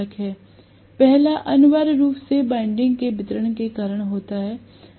पहला अनिवार्य रूप से वाइंडिंग के वितरण के कारण होता है